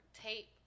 tape